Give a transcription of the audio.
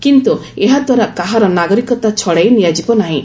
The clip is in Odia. କିନ୍ତୁ ଏହାଦ୍ୱାରା କାହାର ନାଗରିକତା ଛଡ଼ାଇ ନିଆଯିବ ନାହିଁ